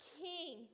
king